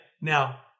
now